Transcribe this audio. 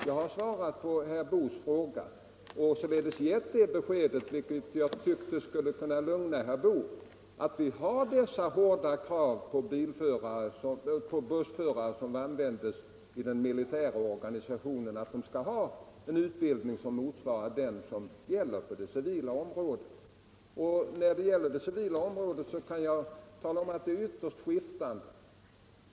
Jag har svarat på herr Boos fråga och således gett det beskedet — vilket jag tyckte skulle kunna lugna herr Boo — att vi har dessa hårda krav på bussförare som används i den militära organisationen, att de skall ha en utbildning som motsvarar den som erfordras på det civila området. När det gäller det civila området kan jag tala om, att utbildningen av bussförare är ytterst skiftande.